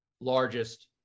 largest